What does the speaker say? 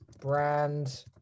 brand